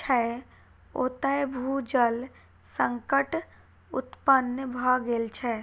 छै, ओतय भू जल संकट उत्पन्न भ गेल छै